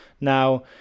now